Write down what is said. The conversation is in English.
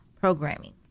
programming